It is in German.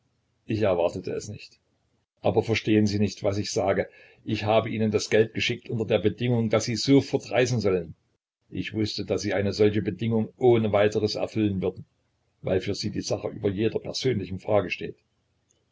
ich erwartete es nicht aber verstehen sie nicht was ich sage ich habe ihnen das geld geschickt unter der bedingung daß sie sofort reisen sollen ich wußte daß sie eine solche bedingung ohne weiteres erfüllen würden weil für sie die sache über jeder persönlichen frage steht